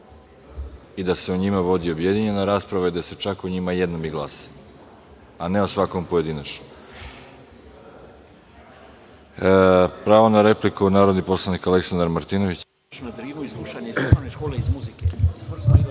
i da se o njima vodi objedinjena rasprava, da se čak o njima jednom i glasa, a ne o svakom pojedinačno. Pravo na repliku, narodni poslanik Aleksandar Martinović.